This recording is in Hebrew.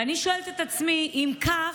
ואני שואלת את עצמי: אם כך,